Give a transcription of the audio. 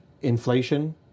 Inflation